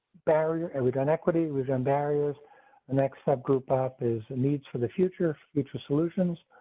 barrier and we've done equity within barriers. the next step group up is needs for the future future solutions